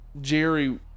Jerry